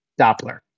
doppler